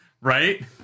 Right